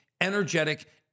energetic